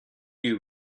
you